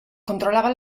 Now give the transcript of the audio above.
controlaba